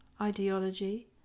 ideology